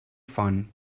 font